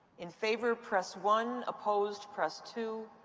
in favor, press one. opposed, press two.